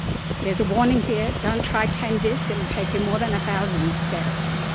there's a warning here don't try ten discs, it will take you more than a thousand steps.